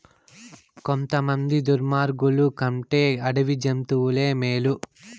కొంతమంది దుర్మార్గులు కంటే అడవి జంతువులే మేలు